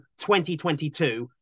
2022